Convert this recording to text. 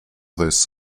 this